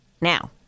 Now